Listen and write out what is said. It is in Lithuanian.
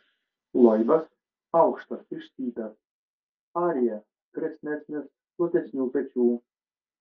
loibas aukštas išstypęs arjė kresnesnis platesnių pečių